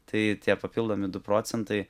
tai tie papildomi du procentai